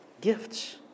gifts